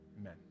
Amen